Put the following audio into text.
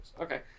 Okay